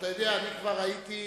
אתה יודע, אני כבר הייתי,